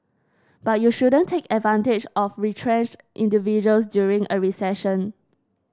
but you shouldn't take advantage of retrenched individuals during a recession